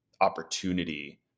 opportunity